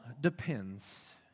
depends